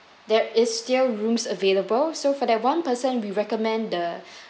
there is still rooms available so for that one person we recommend the